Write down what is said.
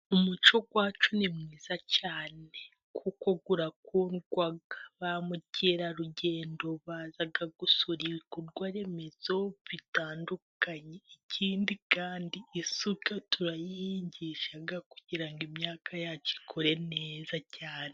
Umuco wacu ni mwiza cyane kuko urakundwa. Ba mukerarugendo baza gusura ibikorwa remezo bitandukanye, ikindi kandi isuka turayigisha kugira ngo ngo imyaka yacu ikure neza cyane.